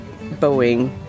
Boeing